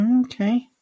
okay